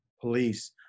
police